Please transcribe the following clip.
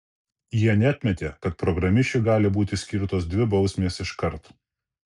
jie neatmetė kad programišiui gali būti skirtos dvi bausmės iškart